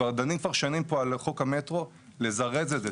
דנים שנים פה על חוק המטרו, לזרז את זה.